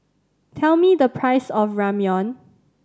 tell me the price of Ramyeon